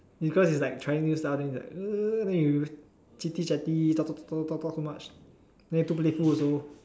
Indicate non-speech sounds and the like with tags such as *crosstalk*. because is like trying new stuff then you like *noise* chitty chatty talk talk talk so much then you too playful also